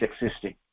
existing